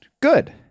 good